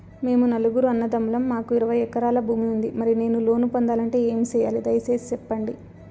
మేము నలుగురు అన్నదమ్ములం మాకు ఇరవై ఎకరాల భూమి ఉంది, మరి నేను లోను పొందాలంటే ఏమి సెయ్యాలి? దయసేసి సెప్పండి?